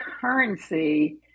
currency